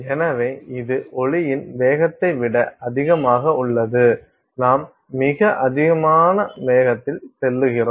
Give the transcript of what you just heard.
எனவே இது ஒலியின் வேகத்தை விட அதிகமாக உள்ளது நாம் மிக அதிக வேகத்தில் செல்லுகிறோம்